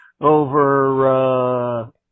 over